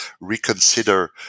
reconsider